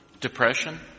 depression